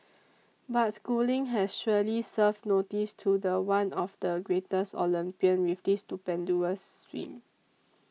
but Schooling has surely served notice to the one of the greatest Olympian with this stupendous swim